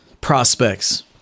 prospects